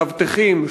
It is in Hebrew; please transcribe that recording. מאבטחים,